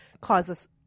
causes